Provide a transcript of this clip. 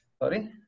Sorry